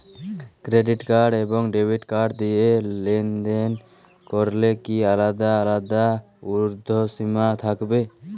Credit card এবং debit card দিয়ে লেনদেন করলে কি আলাদা আলাদা ঊর্ধ্বসীমা থাকবে?